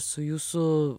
su jūsų